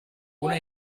una